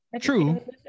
True